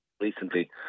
recently